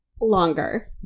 Longer